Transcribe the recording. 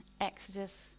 Exodus